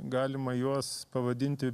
galima juos pavadinti